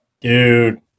dude